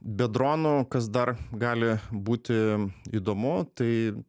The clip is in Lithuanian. be dronų kas dar gali būti įdomu tai